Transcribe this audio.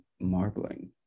marbling